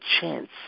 chance